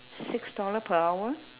six dollar per hour